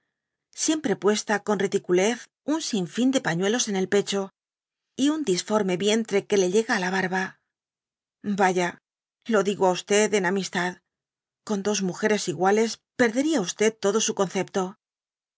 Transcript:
siempre puesta con ridiculez un sin fíii de pañuelos en el pecho y un disforme vientre que la hega á la barba yaya lo digo á en amistad con dosmúgeres iguales perdería todo su concepto